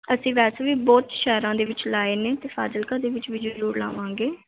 ਅਸੀਂ ਵੈਸੇ ਵੀ ਬਹੁਤ ਸ਼ਹਿਰਾਂ ਦੇ ਵਿੱਚ ਲਾਏ ਨੇ ਅਤੇ ਫਾਜ਼ਿਲਕਾ ਦੇ ਵਿੱਚ ਵੀ ਜ਼ਰੂਰ ਲਾਵਾਂਗੇ